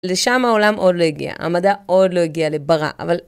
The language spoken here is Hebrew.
לשם העולם עוד לא הגיע, המדע עוד לא הגיע לברא, אבל...